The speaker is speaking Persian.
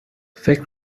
فکر